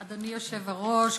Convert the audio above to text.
אדוני היושב-ראש,